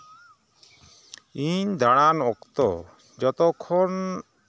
ᱤᱧ ᱫᱟᱱ ᱚᱠᱛᱚ ᱡᱚᱛᱚ ᱠᱷᱚᱱ